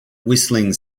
whistling